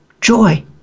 joy